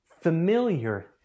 Familiar